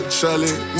Charlie